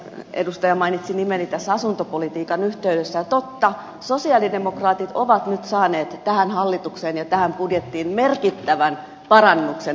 edustaja mainitsi nimeni tässä asuntopolitiikan yhteydessä ja totta sosialidemokraatit ovat nyt saaneet aikaan tähän hallitukseen ja tähän budjettiin merkittävän parannuksen asuntopolitiikkaan